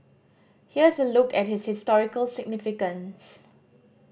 here's a look at its historical significance